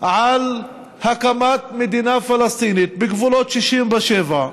על הקמת מדינה פלסטינית בגבולות 67',